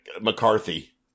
McCarthy